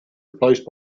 replaced